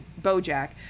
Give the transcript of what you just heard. BoJack